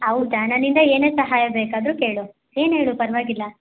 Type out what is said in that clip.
ಹೌದಾ ನನ್ನಿಂದ ಏನೇ ಸಹಾಯ ಬೇಕಾದರೂ ಕೇಳು ಏನು ಹೇಳು ಪರವಾಗಿಲ್ಲ